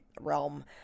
realm